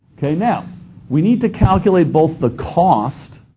okay, now we need to calculate both the cost